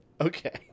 Okay